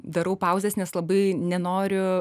darau pauzes nes labai nenoriu